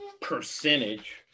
percentage